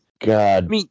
God